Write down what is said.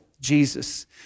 Jesus